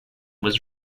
was